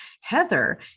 Heather